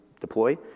deploy